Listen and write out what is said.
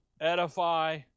Edify